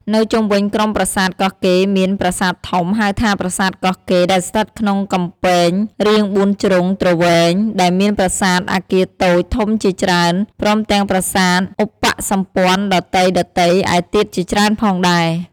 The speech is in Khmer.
នៅជុំវិញក្រុមប្រាសាទកោះកេរ្តិ៍ មាន ប្រាសាទធំ ហៅថាប្រាសាទកោះកេរ្ដិ៍ ដែលស្ថិតក្នុងកំពែងរាងបួនជ្រុងទ្រវែង ដែលមានប្រាសាទ អគារតូច ធំជាច្រើន ព្រមទាំងប្រាសាទឧបសម្ព័ន្ធដទៃៗឯទៀតជាច្រើនផងដែរ។